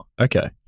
Okay